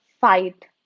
fight